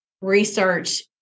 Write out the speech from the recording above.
research